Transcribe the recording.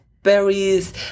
berries